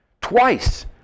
twice